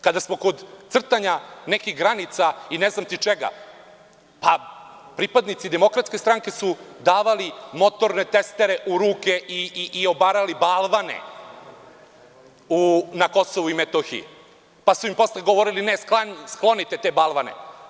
Kada smo kod crtanja nekih granica i ne znam ti čega, pripadnici DS su davali motorne testere u ruke i obarali balvane na KiM, pa su im posle govorili da sklone te balvane.